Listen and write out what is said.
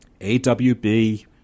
AWB